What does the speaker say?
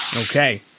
Okay